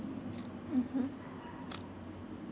mmhmm